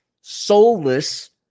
soulless